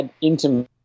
intimate